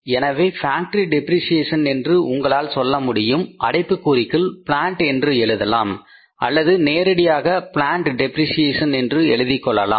எனவே factory depreciation என்று உங்களால் சொல்ல முடியும் அடைப்பு குறிக்குள் பிளான்ட் என்று எழுதலாம் அல்லது நேரடியாக பிளான்ட் டெப்ரிசியேஷன் என்று எழுதிக் கொள்ளலாம்